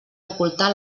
ocultar